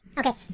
okay